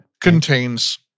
contains